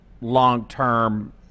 long-term